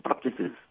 practices